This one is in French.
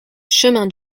chemin